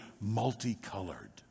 multicolored